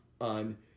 on